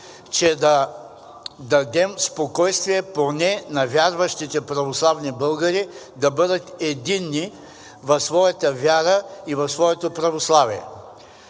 че да дадем спокойствие поне на вярващите православни българи да бъдат единни в своята вяра и в своето православие.